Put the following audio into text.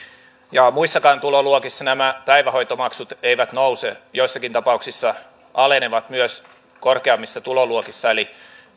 ja muissakaan tuloluokissa nämä päivähoitomaksut eivät nouse joissakin tapauksissa alenevat myös korkeammissa tuloluokissa eli